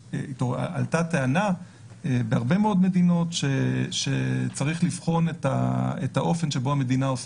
עלתה טענה בהרבה מאוד מדינות שצריך לבחון את האופן שבו המדינה עושה